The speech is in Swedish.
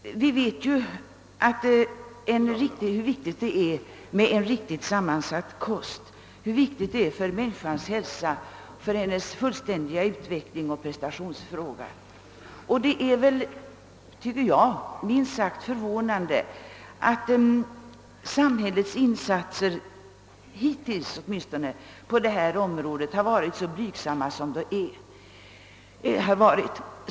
Vi vet ju hur viktig en rätt samman satt kost är för människans hälsa, för hennes utveckling och hennes prestationsförmåga. Jag tycker det är minst sagt förvånande att samhällets insatser på detta område åtminstone hittills har varit så blygsamma.